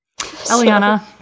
Eliana